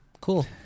cool